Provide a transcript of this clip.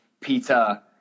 Peter